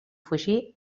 fugí